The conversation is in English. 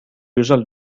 usually